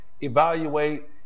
evaluate